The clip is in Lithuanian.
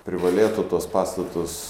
privalėtų tuos pastatus